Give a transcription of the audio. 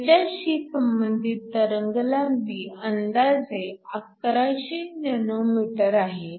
ह्याच्याशी संबंधित तरंगलांबी अंदाजे 1100 नॅनोमीटर आहे